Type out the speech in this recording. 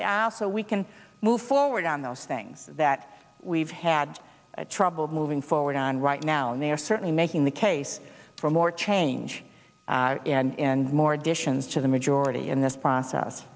after we can move forward on those things that we've had trouble moving forward on right now and they're certainly making the case for more change and in more additions to the majority in this process